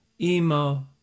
Emo